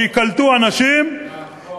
שייקלטו אנשים, נכון.